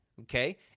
okay